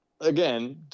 Again